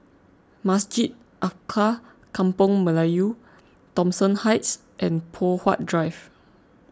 Masjid Alkaff Kampung Melayu Thomson Heights and Poh Huat Drive